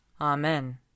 Amen